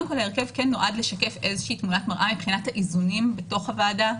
ההרכב נועד לשקף איזושהי תמונת מראה מבחינת האיזונים בתוך הוועדה,